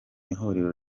ihuriro